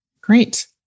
Great